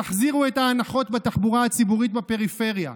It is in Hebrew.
תחזירו את ההנחות בתחבורה הציבורית בפריפריה.